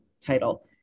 title